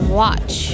watch